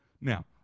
Now